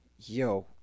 Yo